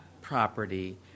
property